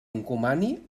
encomani